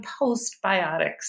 postbiotics